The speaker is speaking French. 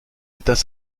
états